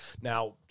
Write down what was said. Now